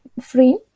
free